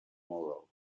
moore